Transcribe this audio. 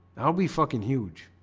i'll be fucking huge